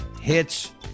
hits